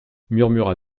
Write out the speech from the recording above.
murmura